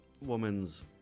woman's